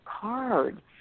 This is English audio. card